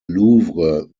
louvre